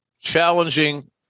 challenging